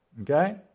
okay